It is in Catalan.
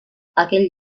aquell